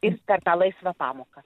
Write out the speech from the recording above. ir per tą laisvą pamoką